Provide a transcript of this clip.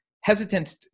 hesitant